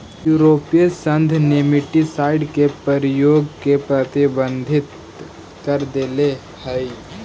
यूरोपीय संघ नेमेटीसाइड के प्रयोग के प्रतिबंधित कर देले हई